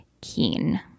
Keen